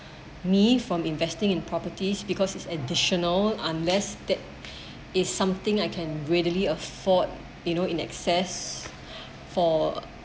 me from investing in properties because it's additional unless that is something I can readily afford you know in excess for